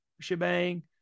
shebang